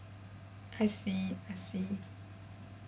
I see I see